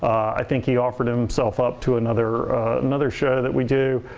i think he offered himself up to another another show that we do.